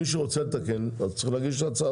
מבקש רק להזכיר בנוסף